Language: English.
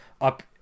up